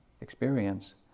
experience